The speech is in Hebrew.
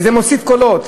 וזה מוסיף קולות.